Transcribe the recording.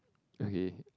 okay